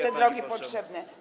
te drogi potrzebne.